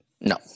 No